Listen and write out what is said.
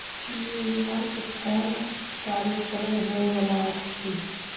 New York कोन कार्यक्रम होइ बला अछि